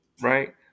right